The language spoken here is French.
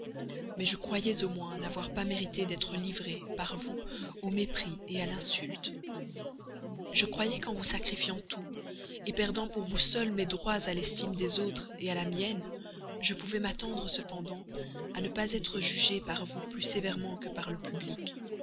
mais je croyais au moins n'avoir pas mérité d'être livrée par vous au mépris à l'insulte je croyais qu'en vous sacrifiant tout perdant pour vous seul mes droits à l'estime des autres à la mienne je pouvais m'attendre cependant à ne pas être jugée par vous plus sévèrement que par le public